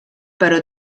però